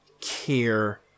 care